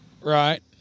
Right